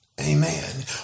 Amen